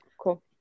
Cool